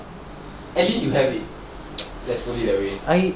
at least you have it let's put it that way